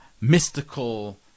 mystical